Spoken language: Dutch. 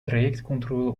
trajectcontrole